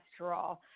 cholesterol